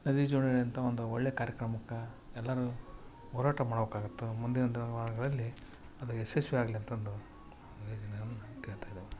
ನದಿ ಜೋಡಣೆ ಅಂತ ಒಂದು ಒಳ್ಳೆ ಕಾರ್ಯಕ್ರಮಕ್ಕೆ ಎಲ್ಲರು ಹೋರಾಟ ಮಾಡ್ಬೇಕಾಗತ್ತೆ ಮುಂದಿನ ದಿನಮಾನಗಳಲ್ಲಿ ಅದು ಯಶಸ್ವಿ ಆಗಲಿ ಅಂತಂದು ಕೇಳ್ತಾಯಿದ್ದೇನೆ